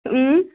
اۭں